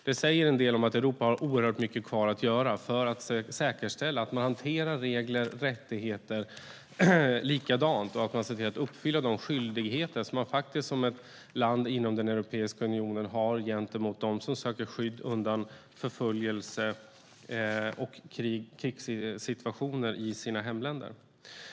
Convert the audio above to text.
Det säger en del om att Europa har oerhört mycket kvar att göra för att säkerställa att man hanterar regler och rättigheter likadant och att man ser till att uppfylla de skyldigheter som man faktiskt har som ett land inom Europeiska unionen gentemot dem som söker skydd undan förföljelse och krigssituationer i sina hemländer.